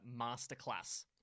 Masterclass